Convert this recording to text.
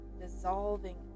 dissolving